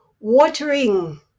watering